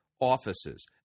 offices